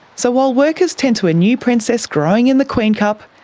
so while workers tend to a new princess growing in the queen cup,